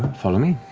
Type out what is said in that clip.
follow me.